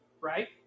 right